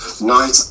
night